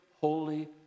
holy